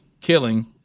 killing